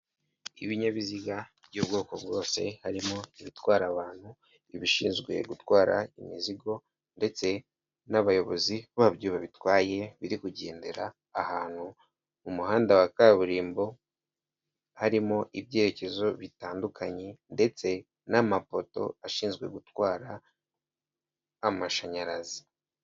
Ibinyabiziga by'ubwoko bwose harimo ibitwara abantu ibishinzwe gutwara imizigo ndetse n'abayobozi babyo babitwaye biri kugendera ahantu mu muhanda wa kaburimbo, harimo ibyerekezo bitandukanye ndetse n'amapoto ashinzwe gutwara amashanyarazi.